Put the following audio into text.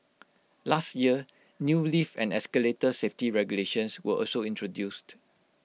last year new lift and escalator safety regulations were also introduced